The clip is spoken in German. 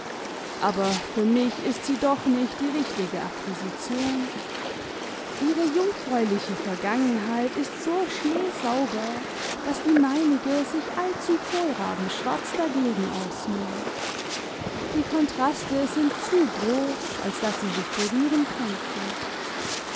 aber für mich ist sie doch nicht die richtige akquisition ihre jungfräuliche vergangenheit ist so schneesauber daß die meinige sich allzu kohlrabenschwarz dagegen ausnimmt die kontraste sind zu groß als daß sie sich berühren könnten